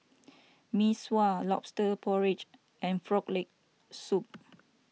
Mee Sua Lobster Porridge and Frog Leg Soup